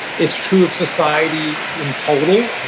it's true of society in total.